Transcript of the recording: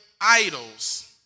idols